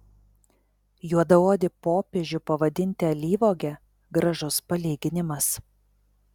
juodaodį popiežių pavadinti alyvuoge gražus palyginimas